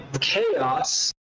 chaos